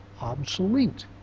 obsolete